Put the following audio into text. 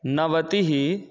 नवतिः